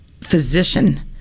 physician